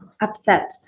upset